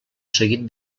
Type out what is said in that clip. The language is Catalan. seguit